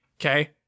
Okay